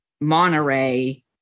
monterey